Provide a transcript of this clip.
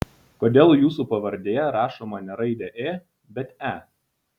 kodėl jūsų pavardėje rašoma ne raidė ė bet e